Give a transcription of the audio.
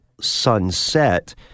sunset